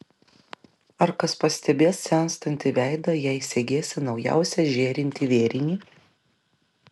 ar kas pastebės senstantį veidą jei segėsi naujausią žėrintį vėrinį